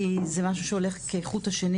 כי זה משהו שהולך כחוט השני,